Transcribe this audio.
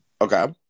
Okay